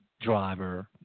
driver